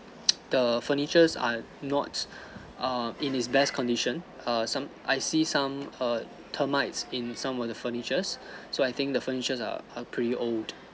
the furnitures are not err in its best condition err some I see some err termites in some of the furnitures so I think the furnitures are are pretty old